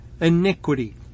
iniquity